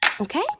Okay